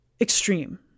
extreme